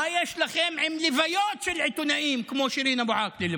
מה יש לכם עם לוויות של עיתונאים כמו שירין אבו-עאקלה,